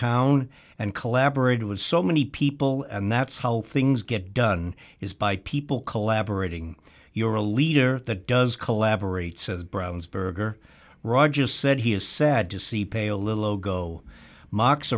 town and collaborated with so many people and that's how things get done is by people collaborating you're a leader that does collaborate says brownsburg or rogers said he is sad to see pale little oh go moc